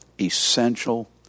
essential